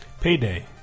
Payday